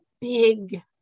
big